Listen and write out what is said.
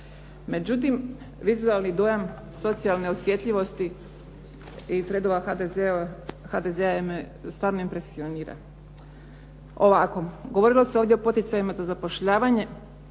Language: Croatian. Međutim, vizualni dojam socijalne osjetljivosti iz redova HDZ-a me stvarno impresionira. Ovako, govorilo se ovdje o poticajima za zapošljavanje,